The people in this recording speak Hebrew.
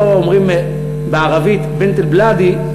לא אומרים בערבית: "בינת אל-בלאדי",